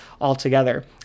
altogether